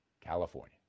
California